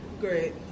Great